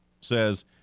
says